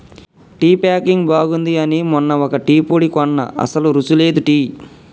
tea packing బాగుంది అని మొన్న ఒక టీ పొడి కొన్న అస్సలు రుచి లేదు టీ